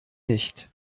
nicht